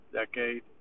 decade